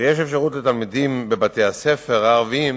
ויש אפשרות לתלמידים בבתי-הספר הערביים